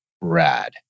rad